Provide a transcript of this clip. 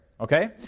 Okay